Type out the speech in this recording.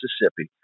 Mississippi